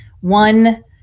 one